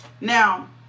Now